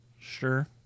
Sure